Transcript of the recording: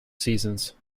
seasons